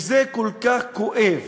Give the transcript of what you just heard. כי זה כל כך כואב.